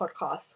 podcast